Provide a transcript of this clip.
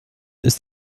ist